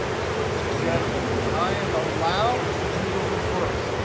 so it's general, but i am ah allowed to do the reverse.